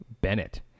Bennett